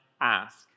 ask